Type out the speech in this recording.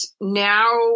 now